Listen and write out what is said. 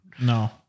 No